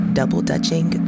Double-Dutching